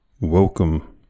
Welcome